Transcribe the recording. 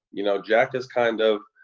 you know, jack has kind of